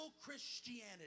Christianity